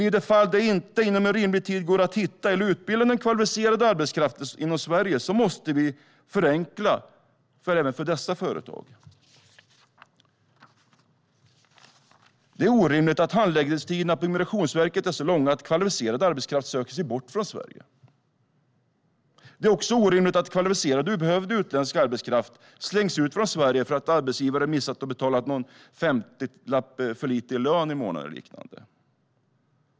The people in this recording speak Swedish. I det fall där det inte inom rimlig tid går att hitta eller utbilda kvalificerad arbetskraft inom Sverige måste vi förenkla även för dessa företag. Det är orimligt att handläggningstiderna på Migrationsverket är så långa att kvalificerad arbetskraft söker sig bort från Sverige. Det är också orimligt att kvalificerad och behövd utländsk arbetskraft slängs ut från Sverige därför att arbetsgivare har betalat en femtiolapp för lite i lön per månad eller liknande.